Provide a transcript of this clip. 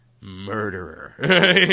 murderer